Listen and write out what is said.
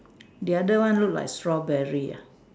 the other one look like strawberry ah